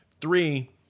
Three